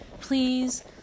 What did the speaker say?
Please